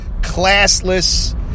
classless